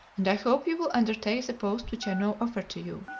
and i hope you will undertake the post which i now offer to you.